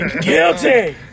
Guilty